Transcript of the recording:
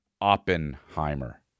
Oppenheimer